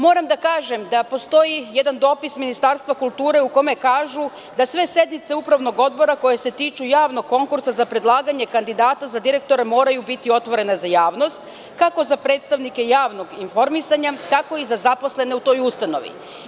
Moram da kažem da postoji jedan dopis Ministarstva kulture u kome kažu da sve sednice Upravnog odbora koje se tiču javnog konkursa za predlaganje kandidata direktora moraju biti otvorene za javnost, kako za predstavnike javnog informisanja, tako i za zaposlene u toj ustanovi.